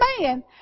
man